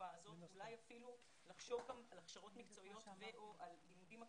לחשוב גם על הכשרות מקצועיות ו/או על לימודים אקדמיים.